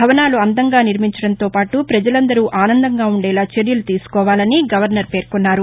భవనాలు అందంగా నిర్మించడంతో పాటు ప్రజలందరూ ఆనందంగా ఉండేలా చర్యలు తీసుకోవాలని గవర్నర్ పేర్కొన్నారు